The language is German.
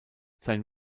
sein